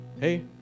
hey